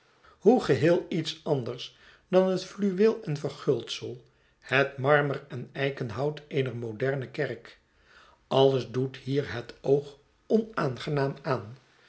hoe geheel iets anders dan het fluweel en verguldsel het marmer en eikenhout eener moderne kerk alles doet hier het oog onaangenaam aan